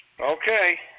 Okay